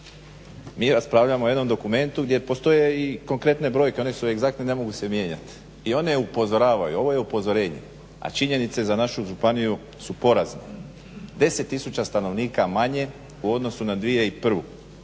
mi raspravljamo o jednom dokumentu gdje postoje i konkretne brojke. One su egzaktne, ne mogu se mijenjati. I one upozoravaju, ovo je upozorenje, a činjenica je za našu županiju su poraz 10000 stanovnika manje u odnosu na 2001.